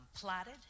plotted